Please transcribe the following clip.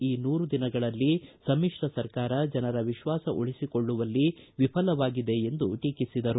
ಈ ನೂರು ದಿನಗಳಲ್ಲಿ ಸಮಿತ್ರ ಸರ್ಕಾರ ಜನರ ವಿಶ್ವಾಸ ಉಳಿಸಿಕೊಳ್ಳುವಲ್ಲಿ ವಿಫಲವಾಗಿದೆ ಎಂದು ಟೀಕಿಸಿದರು